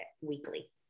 weekly